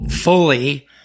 fully